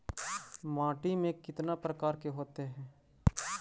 माटी में कितना प्रकार के होते हैं?